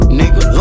nigga